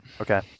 Okay